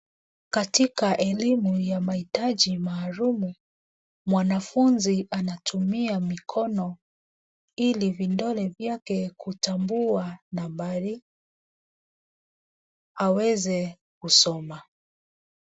Katika elimu ya mahitaji maalumu, mwanafunzi anatumia mikono ili vidole vyake kutambua nambari, aweze kusoma.